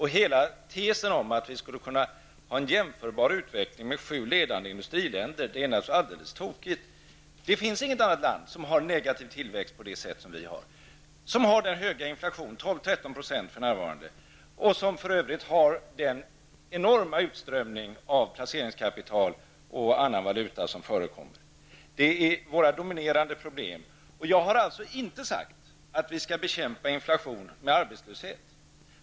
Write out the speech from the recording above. Hela tesen att vi i Sverige skulle ha en med sju ledande industriländer jämförbar utveckling är naturligt alldeles tokig. Inget annat land har en negativ tillväxt på det sätt vi har i Sverige, vår höga inflation som för närvarande är 12--13 % och den enorma utströmmning av placeringskapital och annan valuta som nu förekommer. Detta är de dominerande problemen. Jag har inte sagt att vi skall bekämpa inflationen med arbetslöshet.